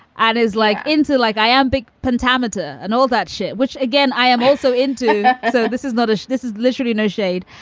and is like into like iambic pentameter and all that shit, which again, i am also into. so this is not a this is literally no shade,